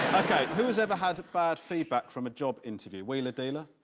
ok, who has ever had bad feedback from a job interview? wheeler dealer?